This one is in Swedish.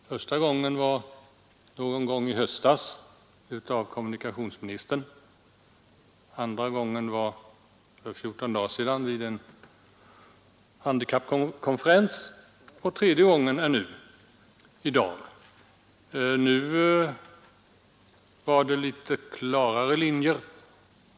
Första gången vid något tillfälle i höstas av kommunikationsministern, andra gången för 14 dagar sedan vid en handikappkonferens och tredje gången i dag. Nu var det litet klarare linjer.